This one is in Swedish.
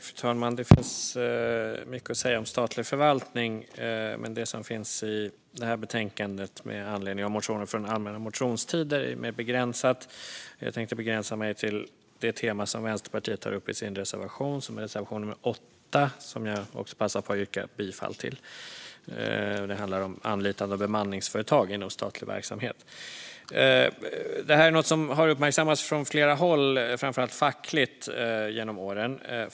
Fru talman! Det finns mycket att säga om statlig förvaltning, men det som finns i det här betänkandet med anledning av motioner från den allmänna motionstiden är mer begränsat. Jag tänkte begränsa mig till det tema som Vänsterpartiet tar upp i sin reservation, reservation nummer 8, som jag också passar på att yrka bifall till. Den handlar om anlitande av bemanningsföretag inom statlig verksamhet. Det här är något som har uppmärksammats från flera håll, framför allt fackligt, genom åren.